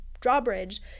Drawbridge